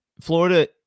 Florida